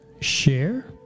share